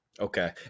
okay